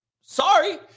Sorry